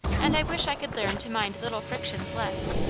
and i wish i could learn to mind little frictions less.